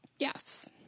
Yes